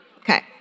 Okay